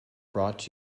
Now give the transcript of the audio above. brought